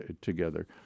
together